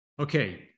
Okay